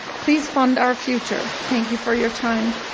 please fund our future. thank you for your time.